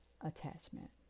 attachment